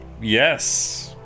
yes